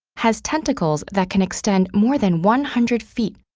has tentacles that can extend more than one hundred feet,